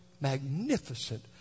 magnificent